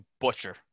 butcher